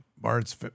Bart's